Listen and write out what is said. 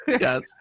Yes